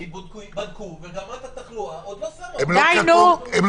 בדקו ורמת התחלואה עוד לא --- די, נו.